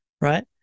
Right